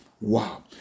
Wow